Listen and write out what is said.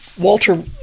Walter